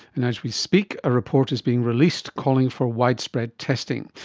and as we speak, a report is being released calling for widespread testing.